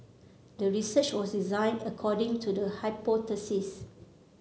the research was designed according to the hypothesis